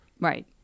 Right